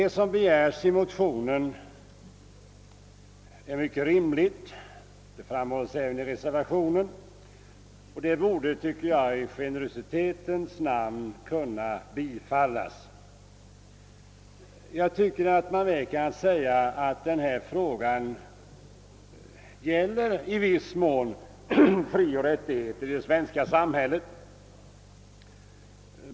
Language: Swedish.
Motionsyrkandet är mycket rimligt. Det framhålles även i reservationen och yrkandet borde, tycker jag, i generositetens namn kunna bifallas. Jag anser att denna fråga i viss mån gäller frioch rättigheter i det svenska samhället.